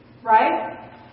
Right